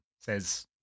says